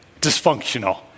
Dysfunctional